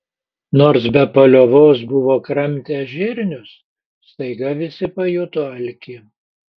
nors be paliovos buvo kramtę žirnius staiga visi pajuto alkį